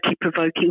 provoking